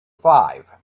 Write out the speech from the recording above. five